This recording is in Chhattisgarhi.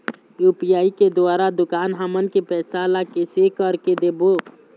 यू.पी.आई के द्वारा दुकान हमन के पैसा ला कैसे कर के देबो?